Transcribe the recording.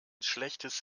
schlechtes